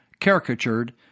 caricatured